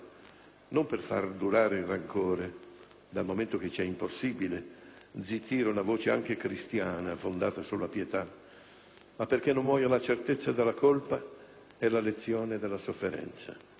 non per far durare il rancore - dal momento che ci è impossibile zittire una voce anche cristiana, fondata sulla pietà - ma perché non muoia la certezza della colpa e la lezione della sofferenza.